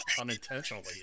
unintentionally